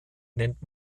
nennt